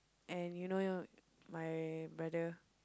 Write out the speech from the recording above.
and you know you know my brother